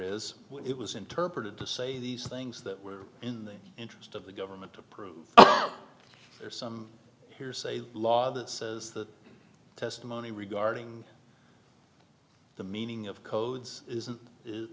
is it was interpreted to say these things that were in the interest of the government to prove that there's some hearsay law that says that testimony regarding the meaning of codes isn't i